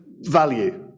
value